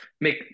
make